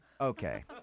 Okay